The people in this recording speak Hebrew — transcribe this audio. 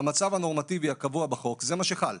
המצב הנורמטיבי הקבוע בחוק זה מה שחל,